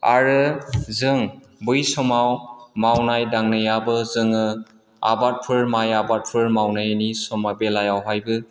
आरो जों बै समाव मावनाय दांनायाबो जोङो आबादफोर माइ आबादफोर मावनायनि समा बेलायावहायबो